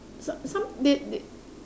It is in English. some some they they